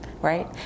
right